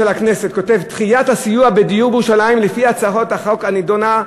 של הכנסת: דחיית הסיוע בדיור בירושלים לפי הצעת החוק הנדונה,